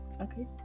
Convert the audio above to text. Okay